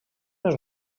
més